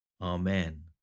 Amen